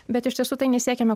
bet iš tiesų tai nesiekiame